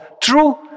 true